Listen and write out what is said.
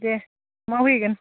दे मावहैगोन